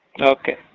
Okay